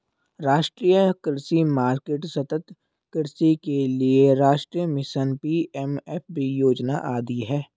राष्ट्रीय कृषि मार्केट, सतत् कृषि के लिए राष्ट्रीय मिशन, पी.एम.एफ.बी योजना आदि है